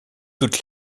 toutes